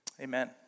Amen